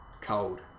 cold